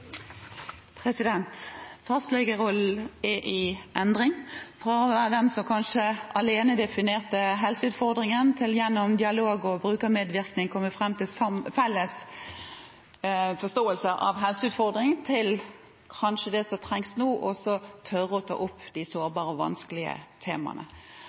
i endring – fra å være den som kanskje alene definerte helseutfordringen, til gjennom dialog og brukermedvirkning å komme fram til en felles forståelse av helseutfordringen – til kanskje det som trengs nå, som er å tørre å ta opp de sårbare og vanskelige temaene.